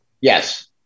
Yes